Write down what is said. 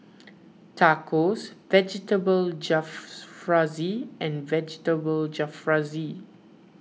Tacos Vegetable and Vegetable Jalfrezi